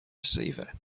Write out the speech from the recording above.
receiver